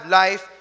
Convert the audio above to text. life